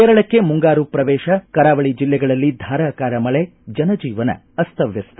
ಕೇರಳಕ್ಕೆ ಮುಂಗಾರು ಪ್ರವೇಶ ಕರಾವಳಿ ಜಿಲ್ಲೆಗಳಲ್ಲಿ ಧಾರಾಕಾರ ಮಳೆ ಜನಜೀವನ ಅಸ್ತವ್ಯಸ್ತ